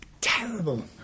terrible